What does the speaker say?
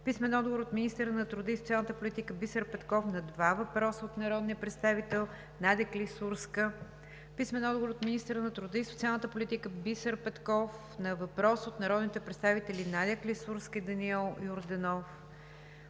Виолета Желева; - министъра на труда и социалната политика Бисер Петков на два въпроса от народния представител Надя Клисурска; - министъра на труда и социалната политика Бисер Петков на въпрос от народните представители Надя Клисурска и Даниел Йорданов;